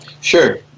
Sure